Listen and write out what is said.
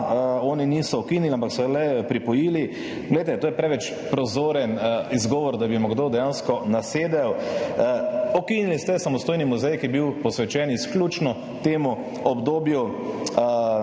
oni niso ukinili, ampak so le pripojili – to je preveč prozoren izgovor, da bi mu kdo dejansko nasedel. Ukinili ste samostojni muzej, ki je bil posvečen izključno temu obdobju